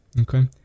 Okay